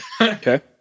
Okay